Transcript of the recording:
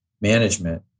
management